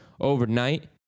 overnight